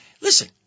listen